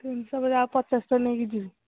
ତିନିଶହ ପରେ ଆଉ ପଚାଶ ଟଙ୍କା ନେଇକି ଯିବି